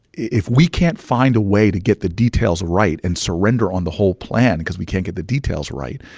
if we can't find a way to get the details right and surrender on the whole plan because we can't get the details right,